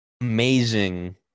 amazing